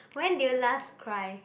when did you last cry